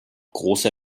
große